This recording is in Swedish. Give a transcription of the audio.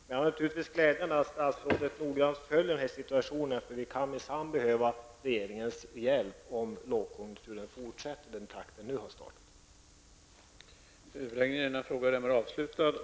Det är naturligtvis glädjande att statsrådet nogrant följer situationen -- vi kan minnsann behöva regeringens hjälp om lågkonjunkturen fortsätter att utvecklas i samma takt som hittills.